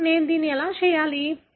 ఇప్పుడు నేను దీన్ని ఎందుకు చేయాలి